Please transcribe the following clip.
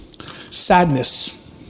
Sadness